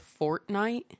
Fortnite